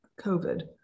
COVID